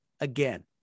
again